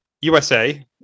USA